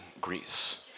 Greece